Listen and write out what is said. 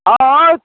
आओर